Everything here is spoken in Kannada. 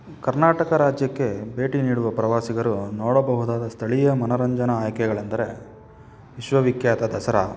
ಕರ್ನಾಟಕ ರಾಜ್ಯಕ್ಕೆ ಭೇಟಿ ನೀಡುವ ಪ್ರವಾಸಿಗರು ನೋಡಬಹುದಾದ ಸ್ಥಳೀಯ ಮನೋರಂಜನಾ ಆಯ್ಕೆಗಳೆಂದರೆ ವಿಶ್ವವಿಖ್ಯಾತ ದಸರಾ